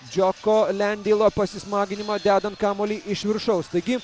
džioko lendeilo pasismaginimą dedant kamuolį iš viršaus taigi